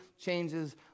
changes